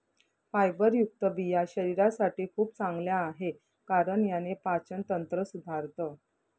फायबरयुक्त बिया शरीरासाठी खूप चांगल्या आहे, कारण याने पाचन तंत्र सुधारतं